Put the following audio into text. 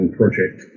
project